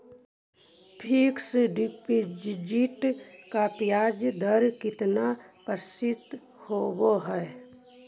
Fix deposit का ब्याज दर कितना प्रतिशत होब है?